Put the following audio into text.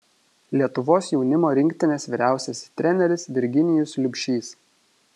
lietuvos jaunimo rinktinės vyriausiasis treneris virginijus liubšys